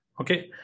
Okay